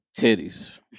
titties